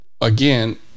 Again